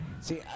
See